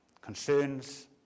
concerns